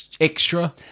extra